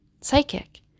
psychic